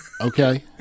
Okay